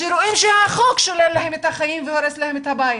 כשרואים שהחוק שולל להם את החיים והורס להם את הבית.